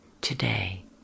today